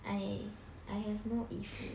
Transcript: I I have no 衣服